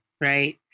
right